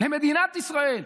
למדינת ישראל,